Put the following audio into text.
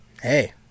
hey